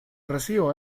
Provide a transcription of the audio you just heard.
recibo